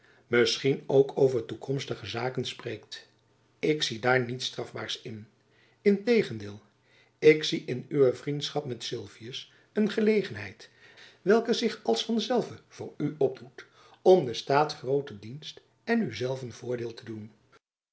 misschien ook over toekomstige zaken spreekt ik zie daar niets strafbaars in in tegendeel ik zie in uwe vriendschap met sylvius een gelegenheid welke zich jacob van lennep elizabeth musch met sylvius een gelegenheid welke zich als van zelve voor u opdoet om den staat groote dienst en u zelven voordeel te doen